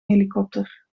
helikopter